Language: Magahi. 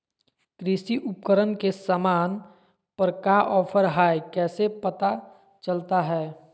कृषि उपकरण के सामान पर का ऑफर हाय कैसे पता चलता हय?